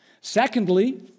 Secondly